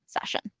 session